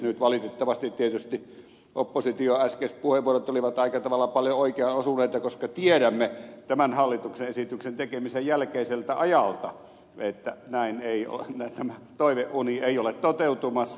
nyt valitettavasti tietysti opposition äskeiset puheenvuorot olivat aika tavalla paljon oikeaan osuneita koska tiedämme tämän hallituksen esityksen tekemisen jälkeiseltä ajalta että tämä toiveuni ei ole toteutumassa